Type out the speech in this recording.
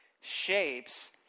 shapes